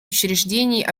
учреждений